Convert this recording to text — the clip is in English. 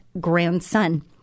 grandson